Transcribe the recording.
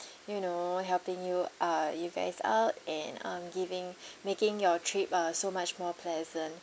you know helping you uh you guys out and um giving making your trip uh so much more pleasant